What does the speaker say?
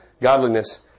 godliness